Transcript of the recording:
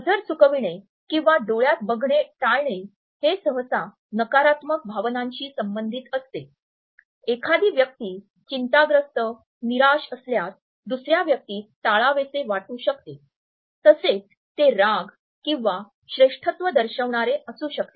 नजर चुकविणे किंवा डोळ्यात बघणे टाळणे हे सहसा नकारात्मक भावनांशी संबंधित असते एखादी व्यक्ती चिंताग्रस्त निराश असल्यास दुसर्या व्यक्तीस टाळावेसे वाटू शकते तसेच ते राग किंवा श्रेष्ठत्व दर्शविणारे असू शकते